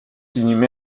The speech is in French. inhumé